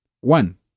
One